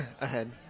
ahead